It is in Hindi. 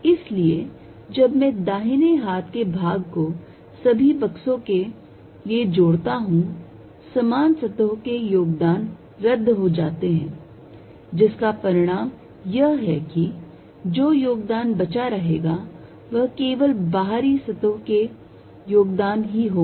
इसलिए जब मैं दाहिने हाथ के भाग को सभी बक्सों के लिए जोड़ता हूं समान सतहों के योगदान रद्द हो जाते हैं जिसका परिणाम यह है कि जो योगदान बचा रहेगा वह केवल बाहरी सतहों का ही योगदान होगा